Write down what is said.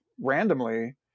randomly